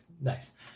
Nice